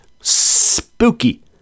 spooky